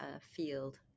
field